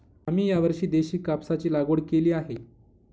आम्ही यावर्षी देशी कापसाची लागवड केली आहे